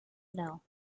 know